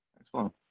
Excellent